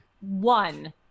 one